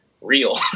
real